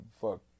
fuck